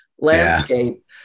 landscape